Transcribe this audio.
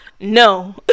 No